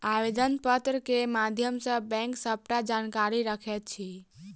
आवेदन पत्र के माध्यम सॅ बैंक सबटा जानकारी रखैत अछि